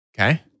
Okay